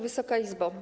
Wysoka Izbo!